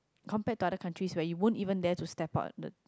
compare to other countries where you won't even dare to steep out the